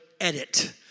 Edit